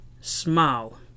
smile